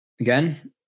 again